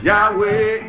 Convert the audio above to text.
Yahweh